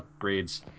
upgrades